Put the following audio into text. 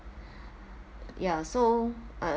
ya so uh